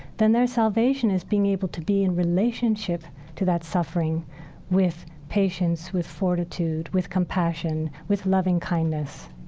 then their salvation is being able to be in relationship to that suffering with patience, with fortitude, with compassion, with loving kindness.